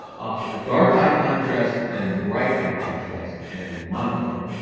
ah dark high contrast and bright high contrast and monochrome.